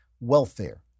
Welfare